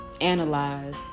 analyze